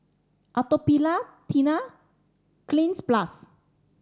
Atopiclair Tena Cleanz Plus